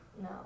No